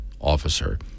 officer